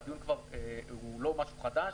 והדיון כבר הוא לא משהו חדש,